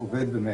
עובד ומשק.